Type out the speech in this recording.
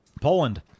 Poland